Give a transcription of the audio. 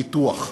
פיתוח.